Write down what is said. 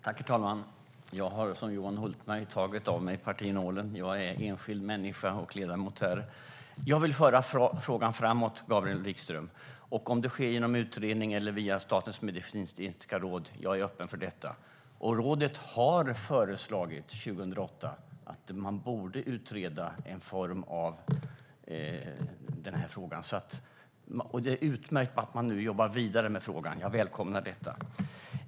Herr talman! Jag har som Johan Hultberg tagit av mig partinålen; jag är en enskild människa och ledamot här. Jag vill föra frågan framåt, Gabriel Wikström. Oavsett om det sker genom en utredning eller via Statens medicinsk-etiska råd är jag öppen för detta. Rådet har , år 2008, föreslagit att man borde utreda frågan i någon form. Det är utmärkt att man nu jobbar vidare med frågan. Jag välkomnar detta.